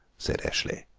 said eshley,